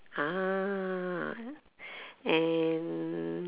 ah and